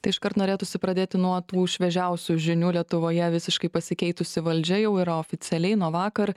tai iškart norėtųsi pradėti nuo tų šviežiausių žinių lietuvoje visiškai pasikeitusi valdžia jau yra oficialiai nuo vakar